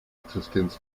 existenz